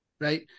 right